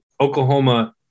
Oklahoma